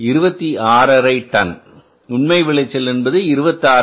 5 ton உண்மை விளைச்சல் என்பது 26